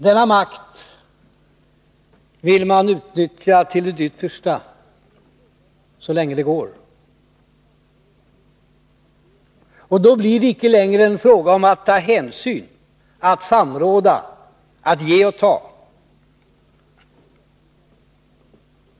Denna makt vill man så länge det går utnyttja till det yttersta. Då blir det inte längre fråga om att ta hänsyn, att samråda, att ge och ta.